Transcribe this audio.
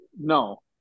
No